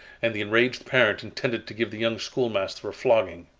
and the enraged parent intended to give the young schoolmaster a flogging.